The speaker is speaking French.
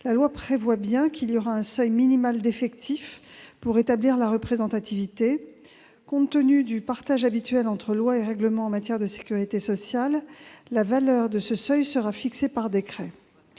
La loi prévoit bien qu'il y aura un seuil minimal d'effectifs pour établir la représentativité. Compte tenu du partage habituel entre la loi et le règlement dans le domaine de la sécurité sociale, la valeur de ce seuil sera fixée par décret.